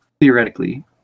theoretically